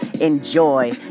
enjoy